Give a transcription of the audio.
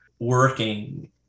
Working